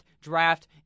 draft